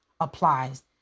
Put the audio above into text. applies